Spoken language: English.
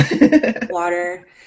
Water